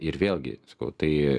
ir vėlgi tai